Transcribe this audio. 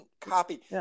copy